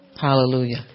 Hallelujah